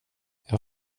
jag